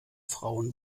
frauen